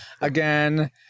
again